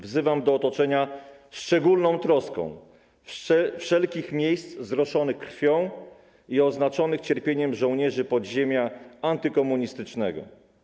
Wzywam do otoczenia szczególną troską wszelkich miejsc zroszonych krwią i oznaczonych cierpieniem żołnierzy podziemia antykomunistycznego.